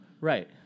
Right